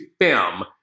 film